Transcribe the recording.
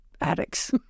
addicts